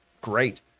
great